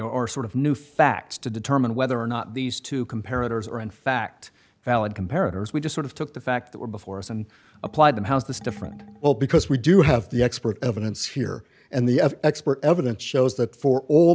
are sort of new facts to determine whether or not these two comparatives are in fact valid comparatives we just sort of took the fact that were before us and applied and how is this different well because we do have the expert evidence here and the expert evidence shows that for all